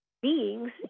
Beings